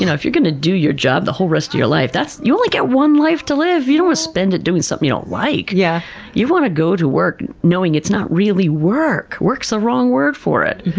you know if you're going to do your job the whole rest of your life, that's, you only get one life to live! you don't spend it doing something you don't like. yeah you want to go to work knowing it's not really work. work's the wrong word for it.